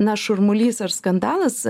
na šurmulys ar skandalas